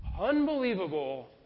unbelievable